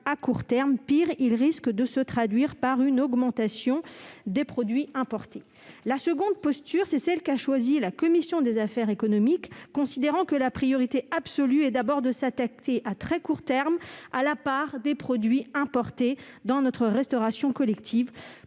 à court terme. Pis, il risque de se traduire par une augmentation du nombre de produits importés. La seconde posture est celle qu'a choisie la commission des affaires économiques, qui considère que la priorité absolue est de s'attaquer à très court terme à la part des produits importés dans notre restauration collective,